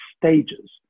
stages